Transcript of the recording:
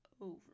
over